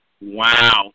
Wow